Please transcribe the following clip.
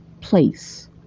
place